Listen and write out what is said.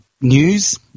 news